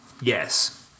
Yes